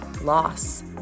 loss